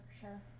sure